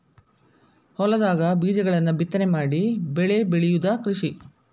ಹೊಲದಾಗ ಬೇಜಗಳನ್ನ ಬಿತ್ತನೆ ಮಾಡಿ ಬೆಳಿ ಬೆಳಿಯುದ ಕೃಷಿ